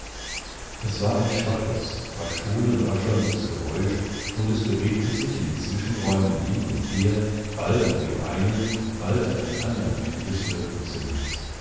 es war ein schwaches verstohlen raschelndes geräusch und es bewegte sich in zwischenräumen hin und her bald an dem einen bald an dem andern ende des